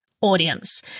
audience